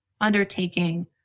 undertaking